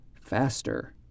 faster